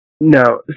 No